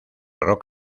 rock